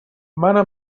منم